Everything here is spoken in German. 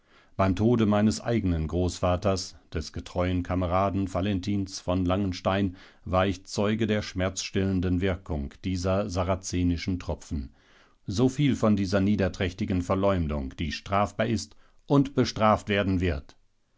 beim tode meines eigenen großvaters des getreuen kameraden valentins von langenstein war ich zeuge der schmerzstillenden wirkung dieser sarazenischen tropfen so viel von dieser niederträchtigen verleumdung die strafbar ist und bestraft werden wird